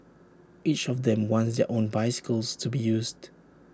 each of them wants their own bicycles to be used